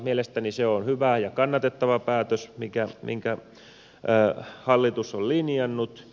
mielestäni se on hyvä ja kannatettava päätös minkä hallitus on linjannut